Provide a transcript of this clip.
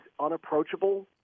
unapproachable